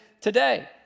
today